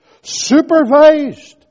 supervised